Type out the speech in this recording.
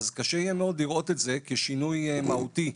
קשה יהיה מאוד לראות את זה כשינוי מהותי,